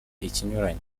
ikinyuranyo